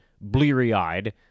bleary-eyed